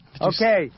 Okay